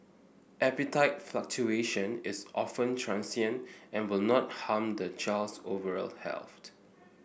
appetite fluctuation is often transient and will not harm the child's overall health